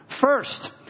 First